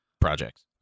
projects